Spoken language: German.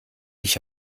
ich